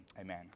Amen